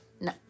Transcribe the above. no